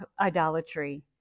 idolatry